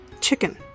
Chicken